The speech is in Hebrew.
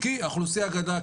כי האוכלוסייה גדלה,